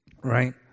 right